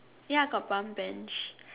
ya got pump Bench